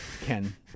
Ken